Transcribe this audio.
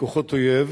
לכוחות אויב